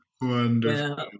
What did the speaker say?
Wonderful